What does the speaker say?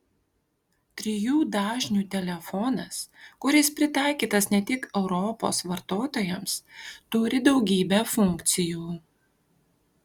trijų dažnių telefonas kuris pritaikytas ne tik europos vartotojams turi daugybę funkcijų